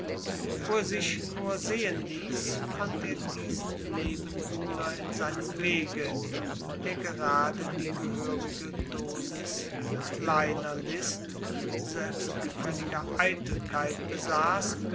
wo er sich nur sehen ließ fand er diesen nebenbuhler in seinem wege der gerade die gehörige dosis kleiner list und selbstgefälliger eitelkeit besaß